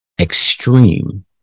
extreme